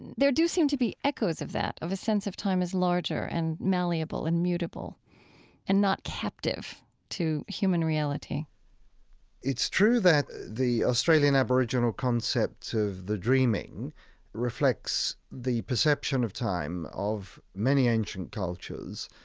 there do seem to be echoes of that, of a sense of time as larger and malleable and mutable and not captive to human reality it's true that the australian aboriginal concept of the dreaming reflects the perception of time of many ancient cultures,